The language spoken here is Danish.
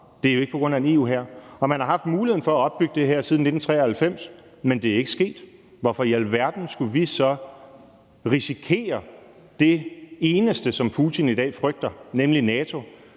Det er ikke på grund af en EU-hær. Og man har haft muligheden for at opbygge det her siden 1993, men det er ikke sket. Hvorfor i alverden skulle vi så risikere det eneste, som Putin i dag frygter, nemlig NATO,